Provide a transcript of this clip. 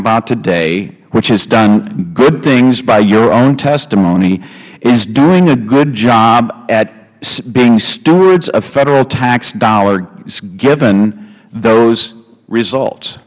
about today which has done good things by your own testimony is doing a good job at being stewards of federal tax dollars given those results